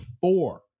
four